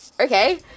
okay